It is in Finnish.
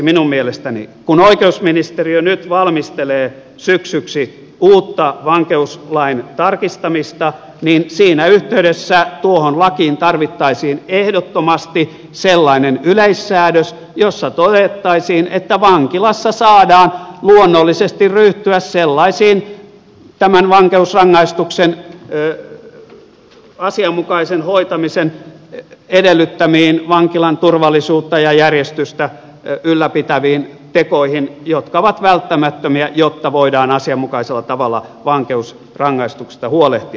minun mielestäni kun oikeusministeriö nyt valmistelee syksyksi uutta vankeuslain tarkistamista niin siinä yhteydessä tuohon lakiin tarvittaisiin ehdottomasti sellainen yleissäädös jossa todettaisiin että vankilassa saadaan luonnollisesti ryhtyä sellaisiin tämän vankeusrangaistuksen asianmukaisen hoitamisen edellyttämiin vankilan turvallisuutta ja järjestystä ylläpitäviin tekoihin jotka ovat välttämättömiä jotta voidaan asianmukaisella tavalla vankeusrangaistuksista huolehtia